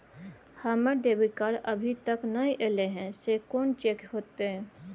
हमर debit card अभी तकल नय अयले हैं, से कोन चेक होतै?